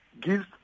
gives